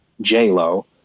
J-Lo